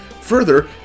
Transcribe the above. Further